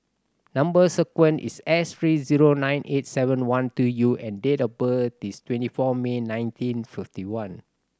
number sequence is S three zero nine eight seven one two U and date of birth is twenty four May nineteen fifty one